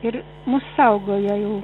ir mus saugojo jau